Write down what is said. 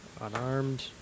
Unarmed